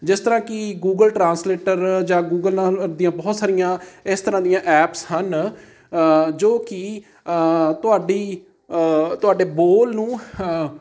ਜਿਸ ਤਰ੍ਹਾਂ ਕਿ ਗੂਗਲ ਟਰਾਂਸਲੇਟਰ ਜਾਂ ਗੂਗਲਾਂ ਦੀਆਂ ਬਹੁਤ ਸਾਰੀਆਂ ਇਸ ਤਰ੍ਹਾਂ ਦੀਆਂ ਐਪਸ ਹਨ ਜੋ ਕਿ ਤੁਹਾਡੀ ਤੁਹਾਡੇ ਬੋਲ ਨੂੰ